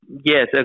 Yes